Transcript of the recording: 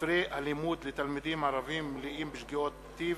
ספרי הלימוד לתלמידים ערבים מלאים בשגיאות כתיב,